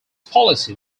policy